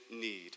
need